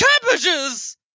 cabbages